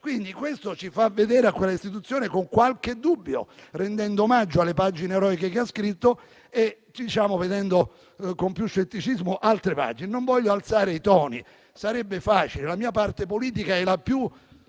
Questo ci fa guardare a quella istituzione con qualche dubbio, rendendo omaggio alle pagine eroiche che ha scritto, ma vedendo con più scetticismo altre pagine. Non voglio alzare i toni, anche se sarebbe facile. La mia parte politica è la più